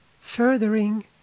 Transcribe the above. furthering